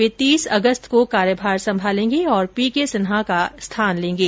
वे तीस अगस्त को कार्यभार संभालेंगे और पीके सिन्हा का स्थान लेंगे